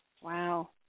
Wow